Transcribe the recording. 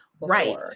right